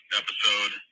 episode